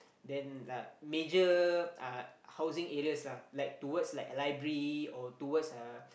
then a major uh housing areas lah like towards like library or towards uh